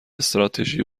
استراتژی